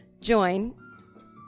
Join